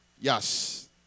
Yes